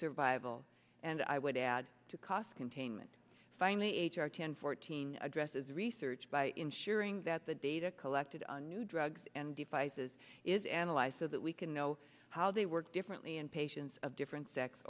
survival and i would add to cost containment finally h r ten fourteen addresses research by ensuring that the data collected on new drugs and devices is analyzed so that we can know how they work differently in patients of different se